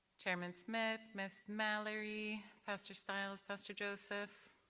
chairman smith, ms. mallory, pastor stiles, pastor joseph.